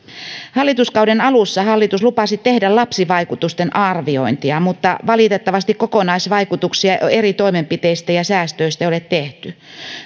hallituskauden alussa hallitus lupasi tehdä lapsivaikutusten arviointia mutta valitettavasti kokonaisvaikutuksia eri toimenpiteistä ja säästöistä ei ole tehty